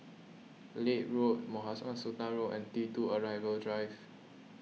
Leith Road Mohamed Sultan Road and T two Arrival Drive